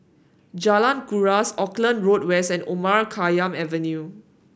Jalan Kuras Auckland Road West and Omar Khayyam Avenue